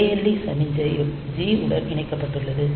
ALE சமிக்ஞை G உடன் இணைக்கப்பட்டுள்ளது